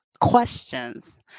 questions